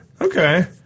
Okay